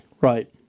Right